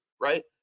right